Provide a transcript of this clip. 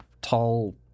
tall